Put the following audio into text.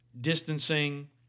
distancing